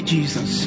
Jesus